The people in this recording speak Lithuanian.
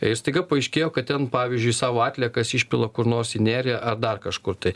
i staiga paaiškėjo kad ten pavyzdžiui savo atliekas išpila kur nors į nerį ar dar kažkur tai